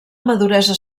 maduresa